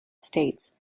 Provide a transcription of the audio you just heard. states